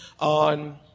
on